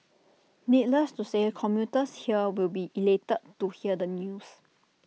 needless to say commuters here will be elated to hear the news